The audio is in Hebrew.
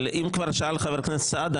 איך טור פז בחוץ ונאור עדיין פה?